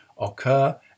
occur